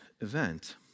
event